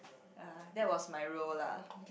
ya that was my role lah